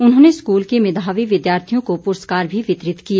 उन्होंने स्कूल के मेधावी विद्यार्थियों को पुरस्कार भी वितरित किए